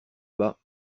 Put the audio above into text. bas